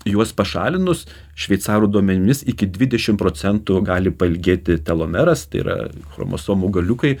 juos pašalinus šveicarų duomenimis iki dvidešim procentų gali pailgėti telomeras tai yra chromosomų galiukai